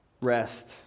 rest